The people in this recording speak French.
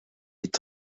est